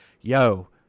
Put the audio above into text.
yo